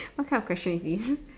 what kind of question is this